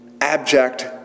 abject